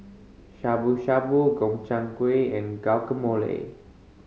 Shabu Shabu Gobchang Gui and Guacamole